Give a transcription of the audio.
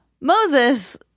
Moses